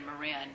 Marin